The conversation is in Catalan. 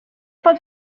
pot